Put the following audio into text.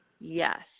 Yes